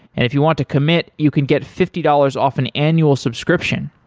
if you want to commit, you can get fifty dollars off an annual subscription.